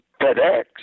FedEx